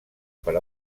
per